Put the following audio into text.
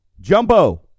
Jumbo